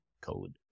code